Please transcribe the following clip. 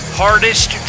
hardest